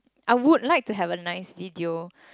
I would like to have a nice video